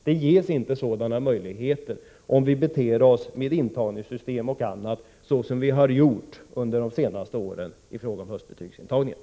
Det ges inte sådana möjligheter om vi beter oss så som vi har gjort med intagningssystem och annat under de senaste — Nr 37